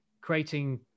creating